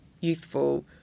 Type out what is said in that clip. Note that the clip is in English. youthful